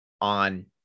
on